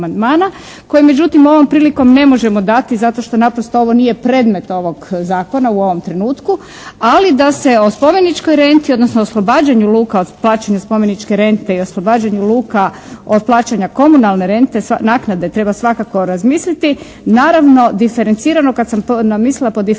koji međutim ovom prilikom ne možemo dati zato što naprosto ovo nije predmet ovog zakona u ovom trenutku, ali da se o spomeničkoj renti, odnosno oslobađanju luka od plaćanja spomeničke rente i oslobađanju luka od plaćanja komunalne rente, naknade, treba svakako razmisliti, naravno diferencirano kad sam to mislila pod diferencirano